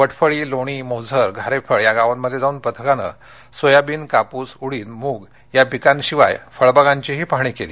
वटफळी लोणी मोझर घारेफळ या गावांमध्ये जाऊन पथकाने सोयाबीन कापूस उडीद मृग या पिकांशिवाय फळबागांचीही पाहणी केली